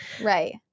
Right